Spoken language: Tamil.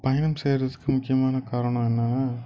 பயணம் செய்கிறதுக்கு முக்கியமான காரணம் என்னெனா